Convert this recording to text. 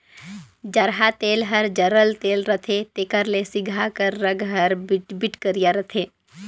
जरहा तेल हर जरल तेल रहथे तेकर ले सिगहा कर रग हर बिरबिट करिया रहथे